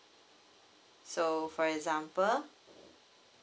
so for example